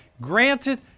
granted